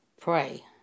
pray